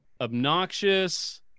obnoxious